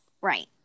Right